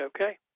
okay